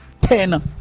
ten